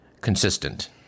consistent